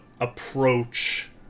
approach